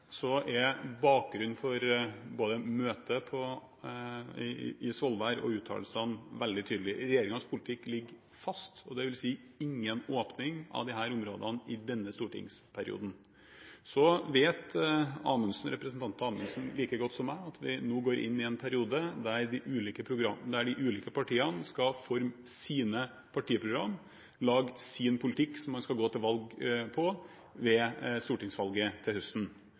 Så vet representanten Amundsen like godt som meg at vi nå går inn i en periode der de ulike partiene skal forme sine partiprogram, lage sin politikk som man skal gå til valg på ved stortingsvalget til